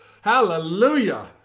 hallelujah